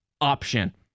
option